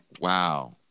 Wow